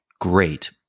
great